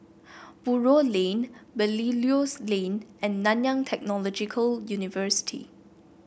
Buroh Lane Belilios Lane and Nanyang Technological University